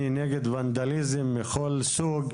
אני נגד ונדליזם מכל סוג,